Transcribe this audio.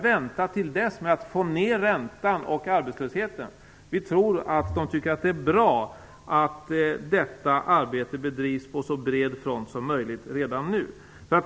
Vi tror att de tycker att det är bra att detta arbete bedrivs på så bred front som möjligt redan nu.